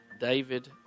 David